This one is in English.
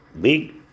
big